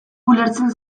ulertzen